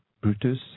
Brutus